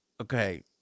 Okay